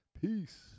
Peace